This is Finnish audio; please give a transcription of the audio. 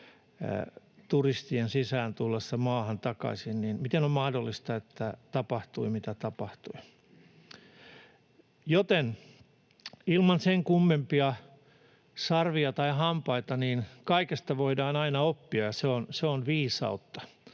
erilaisista urheilutapahtumista, ja siitä, miten on mahdollista, että tapahtui, mitä tapahtui. Joten — ilman sen kummempia sarvia tai hampaita — kaikesta voidaan aina oppia, ja se on viisautta.